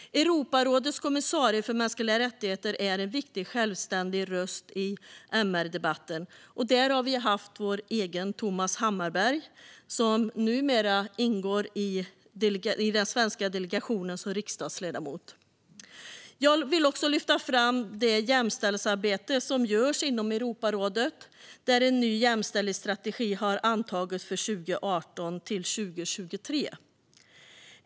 Europarådets kommissarie för mänskliga rättigheter är en viktig självständig röst i MR-debatten. Där vi har haft vår egen Thomas Hammarberg, som numera ingår i den svenska delegationen som riksdagsledamot. Jag vill också lyfta fram det jämställdhetsarbete som görs inom Europarådet, där en ny jämställdhetsstrategi har antagits för 2018-2023.